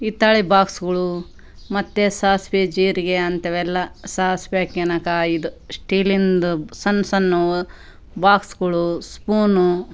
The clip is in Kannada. ಹಿತ್ತಾಳೆ ಬಾಕ್ಸ್ಗಳು ಮತ್ತು ಸಾಸಿವೆ ಜೀರಿಗೆ ಅಂಥವೆಲ್ಲ ಸಾಸಿವೆ ಹಾಕ್ಯನಕ ಇದು ಸ್ಟೀಲಿಂದು ಸಣ್ ಸಣ್ಣವ್ ಬಾಕ್ಸ್ಗಳು ಸ್ಫೂನು